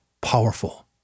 powerful